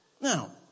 Now